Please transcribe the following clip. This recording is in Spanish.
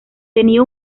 tenía